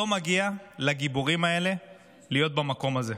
לא מגיע לגיבורים האלה להיות במקום הזה.